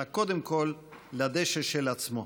אלא קודם כול לדשא של עצמו.